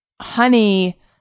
honey